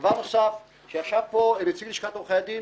דבר נוסף, יש פה נציג לשכת עורכי הדין,